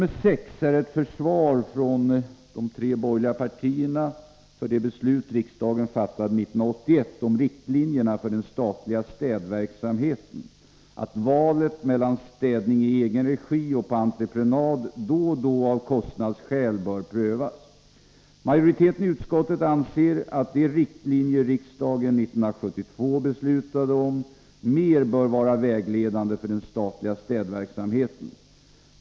Reservation 6 är ett försvar från de tre borgerliga partierna för det beslut riksdagen fattade 1981 om riktlinjer för den statliga städverksamheten, att valet mellan städning i egen regi och på entreprenad då och då av kostnadsskäl bör prövas. Majoriteten i utskottet anser att de riktlinjer riksdagen fattade beslut om 1972 mer bör vara vägledande för den statliga städverksamheten.